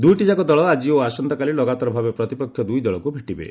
ଦ୍ରଇଟିଯାକ ଦଳ ଆଜି ଓ ଆସନ୍ତାକାଲି ଲଗାତାର ଭାବେ ପ୍ରତିପକ୍ଷ ଦ୍ରଇ ଦଳକ୍ ଭେଟିବେ